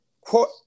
Quote